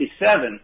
1957